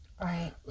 Right